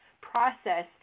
process